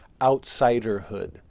outsiderhood